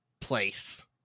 Place